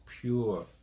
pure